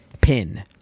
PIN